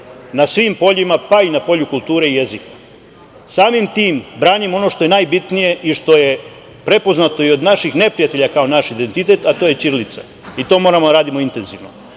na svim poljima, pa i na polju kulture i jezika. Samim tim, branimo ono što je najbitnije i što je prepoznato i od naših neprijatelja kao naš identitet, a to je ćirilica. I to moramo da radimo intenzivno.